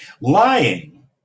Lying